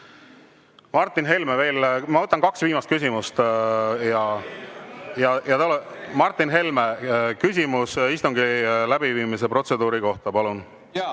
juurde. Ma võtan kaks viimast küsimust. Martin Helme, küsimus istungi läbiviimise protseduuri kohta, palun!